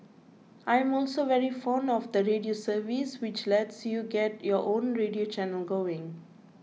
I am also very fond of the radio service which lets you get your own radio channel going